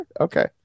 Okay